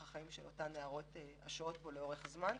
החיים של אותן נערות ששוהות בו לאורך זמן.